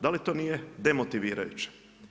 Da li to nije demotivirajuće.